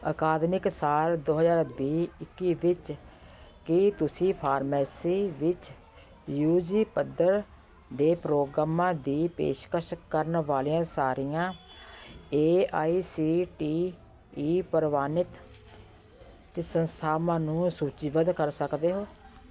ਅਕਾਦਮਿਕ ਸਾਲ ਦੋ ਹਜ਼ਾਰ ਵੀਹ ਇੱਕੀ ਵਿੱਚ ਕੀ ਤੁਸੀਂ ਫਾਰਮੈਸੀ ਵਿੱਚ ਯੂ ਜੀ ਪੱਧਰ ਦੇ ਪ੍ਰੋਗਰਾਮਾਂ ਦੀ ਪੇਸ਼ਕਸ਼ ਕਰਨ ਵਾਲਿਆਂ ਸਾਰੀਆਂ A I C T E ਪ੍ਰਵਾਨਿਤ ਸੰਸਥਾਵਾਂ ਨੂੰ ਸੂਚੀਬੱਧ ਕਰ ਸਕਦੇ ਹੋ